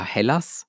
Hellas